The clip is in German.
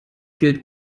gilt